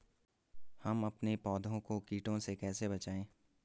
हम अपने पौधों को कीटों से कैसे बचाएं?